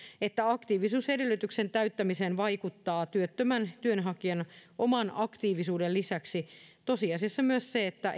että aktiivisuusedellytyksen täyttämiseen vaikuttaa työttömän työnhakijan oman aktiivisuuden lisäksi tosiasiassa myös se että